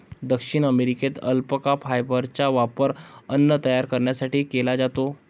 दक्षिण अमेरिकेत अल्पाका फायबरचा वापर अन्न तयार करण्यासाठी केला जातो